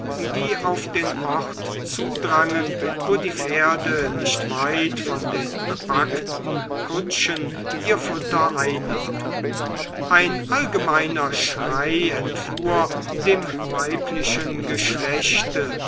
die auf den ort zudrangen wo die pferde nicht weit von den bepackten kutschen ihr futter einnahmen ein allgemeiner schrei entfuhr dem weiblichen geschlechte